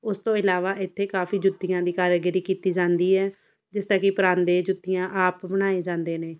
ਉਸ ਤੋਂ ਇਲਾਵਾ ਇੱਥੇ ਕਾਫ਼ੀ ਜੁੱਤੀਆਂ ਦੀ ਕਾਰਾਗਿਰੀ ਕੀਤੀ ਜਾਂਦੀ ਹੈ ਜਿਸ ਤਰ੍ਹਾਂ ਕਿ ਪਰਾਂਦੇ ਜੁੱਤੀਆਂ ਆਪ ਬਣਾਏ ਜਾਂਦੇ ਨੇ